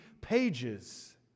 pages